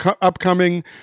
upcoming